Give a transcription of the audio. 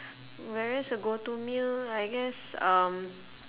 whereas a go-to meal I guess um